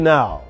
Now